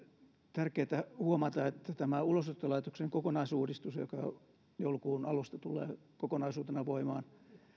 on tärkeätä huomata että tämä ulosottolaitoksen kokonaisuudistus mikä joulukuun alusta tulee kokonaisuutena voimaan